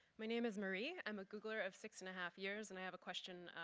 my name is marie. i'm a googler of six and a half years and i have a question,